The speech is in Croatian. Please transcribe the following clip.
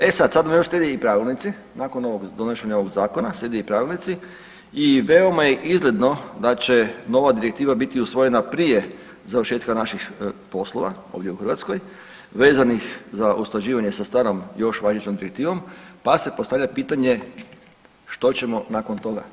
E sad, sad nam još slijede i pravilnici nakon ovog donošenja ovog zakona slijede i pravilnici i veoma je izgledno da će nova direktiva biti usvojena prije završetka naših poslova ovdje u Hrvatskoj vezanih za usklađivanje sa starom još važećom direktivom pa se postavlja pitanje što ćemo nakon toga?